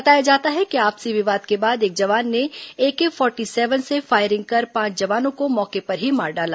बताया जाता है कि आपसी विवाद के बाद एक जवान ने एके फोर्टी सेवन से फायरिंग कर पांच जवानों को मौके पर ही मार डाला